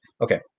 Okay